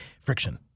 Friction